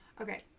Okay